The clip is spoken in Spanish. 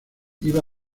iba